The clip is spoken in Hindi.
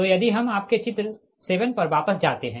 तो यदि हम आपके चित्र 7 पर वापस जाते है